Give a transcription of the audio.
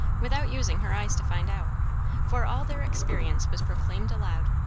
without using her eyes to find out for all their experience was proclaimed aloud.